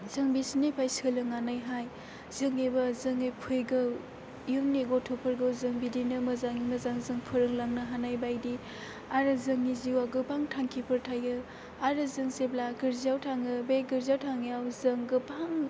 जों बिसोरनिफ्राय सोलोंनानैहाय जोंनिबो जोंनि फैगौ इउननि गथ'फोरखौ जों बिदिनो मोजां मोजां फोरोंलांनो हानाय बायदि आरो जोंनि जिउआव गोबां थांखिफोर थायो आरो जों जेब्ला गिर्जायाव थाङो बे गिर्जायाव थांनायाव जों गोबां